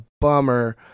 bummer